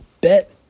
Bet